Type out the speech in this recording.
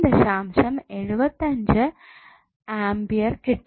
75 ampere കിട്ടും